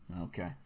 okay